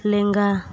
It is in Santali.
ᱞᱮᱸᱜᱟ